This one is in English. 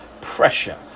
pressure